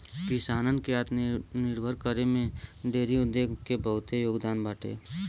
किसानन के आत्मनिर्भर करे में डेयरी उद्योग के बहुते योगदान बाटे